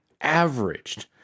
averaged